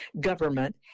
government